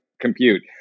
compute